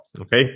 Okay